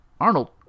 Arnold